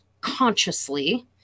consciously